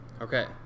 Okay